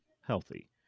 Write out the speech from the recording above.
healthy